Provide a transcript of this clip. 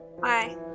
bye